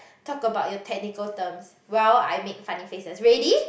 talk about your technical terms while I make funny faces ready